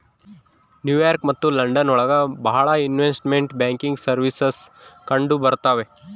new York ಮತ್ತು London ಒಳಗ ಭಾಳ ಇನ್ವೆಸ್ಟ್ಮೆಂಟ್ ಬ್ಯಾಂಕಿಂಗ್ ಸರ್ವೀಸಸ್ ಕಂಡುಬರ್ತವೆ